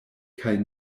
kaj